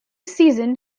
season